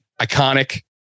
iconic